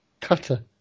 cutter